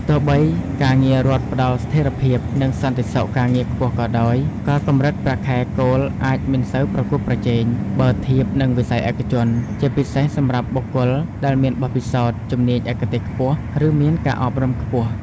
ទោះបីការងាររដ្ឋផ្តល់ស្ថិរភាព និងសន្តិសុខការងារខ្ពស់ក៏ដោយ ក៏កម្រិតប្រាក់ខែគោលអាចមិនសូវប្រកួតប្រជែង បើធៀបនឹងវិស័យឯកជន ជាពិសេសសម្រាប់បុគ្គលដែលមានបទពិសោធន៍ ជំនាញឯកទេសខ្ពស់ ឬមានការអប់រំខ្ពស់។